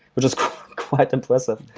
which is quite impressive.